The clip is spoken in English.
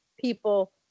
people